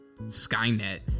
skynet